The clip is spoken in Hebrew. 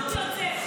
הגזענות יוצאת.